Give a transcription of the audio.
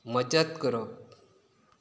मजत करप